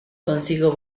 consigo